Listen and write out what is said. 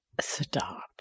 Stop